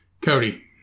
Cody